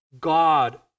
God